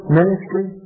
ministry